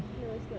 no it's not